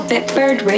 Bitbird